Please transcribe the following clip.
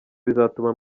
bizatuma